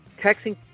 texting